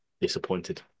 disappointed